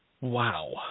Wow